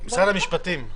משרד המשפטים.